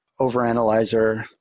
overanalyzer